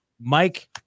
Mike